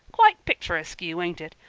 quite pictureaskew, ain't it?